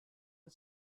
and